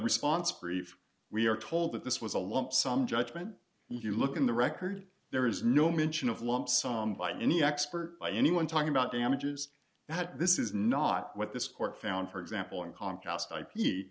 response brief we are told that this was a lump sum judgment you look in the record there is no mention of lump sum by any expert by anyone talking about damages that this is not what this court found for example in comcast i